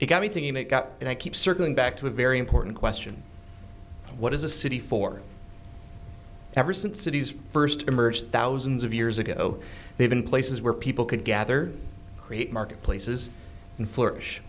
it got me thinking it got and i keep circling back to a very important question what is a city for ever since cities first emerged thousands of years ago they've been places where people could gather create marketplaces and flourish